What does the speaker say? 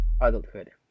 adulthood